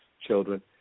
children